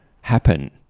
happen